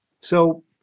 So-